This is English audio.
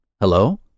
Hello